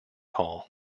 hall